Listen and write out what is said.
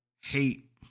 hate